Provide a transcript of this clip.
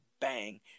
bang